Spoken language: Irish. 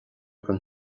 don